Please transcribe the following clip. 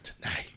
tonight